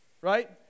right